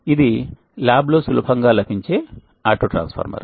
ఇది ల్యాబ్లో సులభంగా లభించే ఆటోట్రాన్స్ఫార్మర్